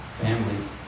families